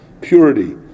purity